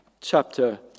chapter